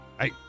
Hey